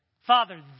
Father